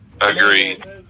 Agreed